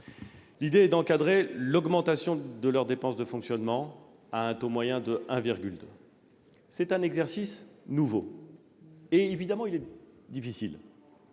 L'idée est d'encadrer l'augmentation de leurs dépenses de fonctionnement, à un taux moyen de 1,2 %. C'est un exercice nouveau et, évidemment, il est particulier